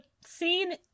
scene